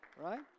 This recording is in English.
Right